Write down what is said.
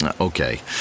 Okay